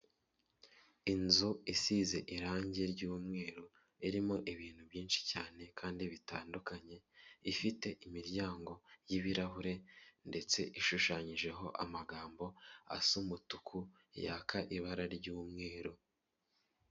Inzu isize irangi ry'umweru irimo ibintu byinshi cyane kandi bitandukanye, ifite imiryango y'ibirahure ndetse ishushanyijeho amagambo asa umutuku yaka ibara ry'umweru.